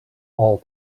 all